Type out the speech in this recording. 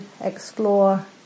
explore